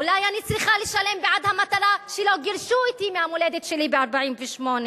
אולי אני צריכה לשלם בעד המתנה שלא גירשו אותי מהמולדת שלי ב-1948.